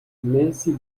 nancy